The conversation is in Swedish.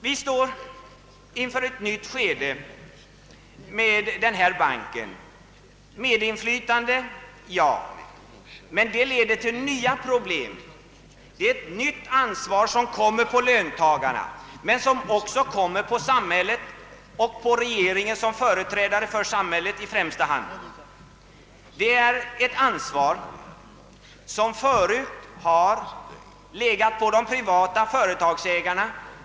Vi står inför ett nytt skede med denna bank och löntagarnas medinflytande. Det är ett nytt ansvar som faller på löntagarna men också på samhället och på regeringen som företrädare för samhället i främsta hand. Det är ett ansvar som förut har legat på de privata företagsägarna.